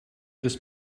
this